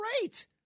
Great